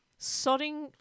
sodding